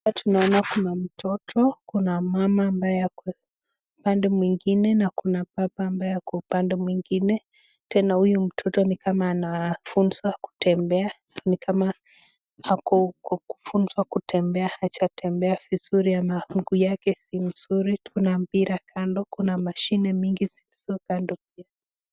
Hapa tunaona mtoto na mama ambaye ako upande mwingine na kuna baba ambaye ako upande mwingine. Tena nikama huyu mtoto anafunzwa kutembea nikama ako kufunzwa kutembea nikama haja tembea vizuri ama mguu yake si mzuri. Kuna mpira kando, kuna mashine zilizo kando pia.